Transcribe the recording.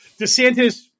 DeSantis